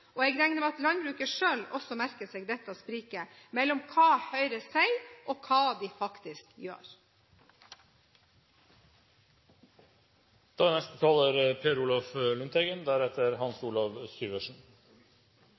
og jeg regner med at landbruket selv også merker seg dette spriket mellom hva Høyre sier, og hva de faktisk gjør. Det tredje forslaget som jeg hadde, var å tette inntektsgapet mellom jordbruksarbeid og annet arbeid. Det er